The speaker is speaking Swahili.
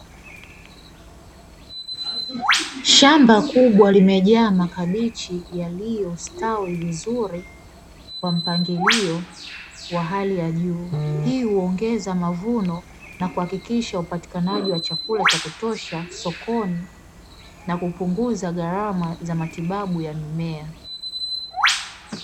Shamba kubwa limejaa makabichi yaliyostawi vizuri, kwa mpangilio wa hali ya juu; hii huongeza mavuno na kuhakikisha upatikanaji wa chakula cha kutosha sokoni, na kupunguza gharama za matibabu ya mimea.